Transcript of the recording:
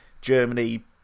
Germany